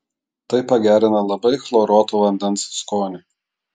tai pagerina labai chloruoto vandens skonį